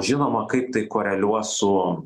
žinoma kaip tai koreliuos su